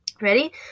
Ready